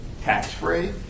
tax-free